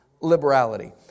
liberality